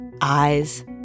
eyes